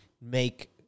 make